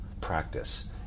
practice